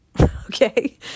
Okay